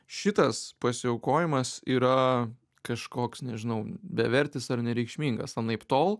šitas pasiaukojimas yra kažkoks nežinau bevertis ar nereikšmingas anaiptol